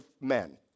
men